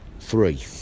Three